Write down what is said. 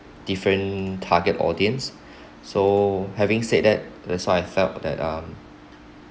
different target audience so having said that that's why I felt that um